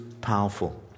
powerful